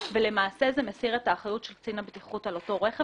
ולמעשה זה מסיר את האחריות של קצין הבטיחות על אותו רכב,